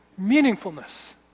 meaningfulness